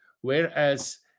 Whereas